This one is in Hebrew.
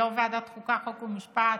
יו"ר ועדת החוקה, חוק ומשפט,